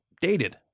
dated